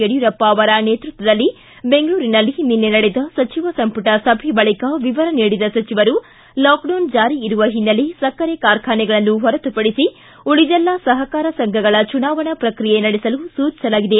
ಯಡಿಯೂರಪ್ಪ ಅವರ ನೇತೃತ್ವದಲ್ಲಿ ಬೆಂಗಳೂರಿನಲ್ಲಿ ನಿನ್ನೆ ನಡೆದ ಸಚಿವ ಸಂಪುಟ ಸಭೆ ಬಳಿಕ ವಿವರ ನೀಡಿದ ಸಚಿವರು ಲಾಕ್ಡೌನ್ ಜಾರಿ ಇರುವ ಹಿನ್ನೆಲೆ ಸಕ್ಕರೆ ಕಾರ್ಖಾನೆಗಳನ್ನು ಹೊರತುಪಡಿಸಿ ಉಳಿದೆಲ್ಲ ಸಹಕಾರ ಸಂಘಗಳ ಚುನಾವಣಾ ಪ್ರಕ್ರಿಯೆ ನಡೆಸಲು ಸೂಚಿಸಲಾಗಿದೆ